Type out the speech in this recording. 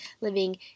living